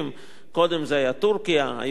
קודם זה היה טורקיה, היום זה אזרבייג'ן,